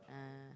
ah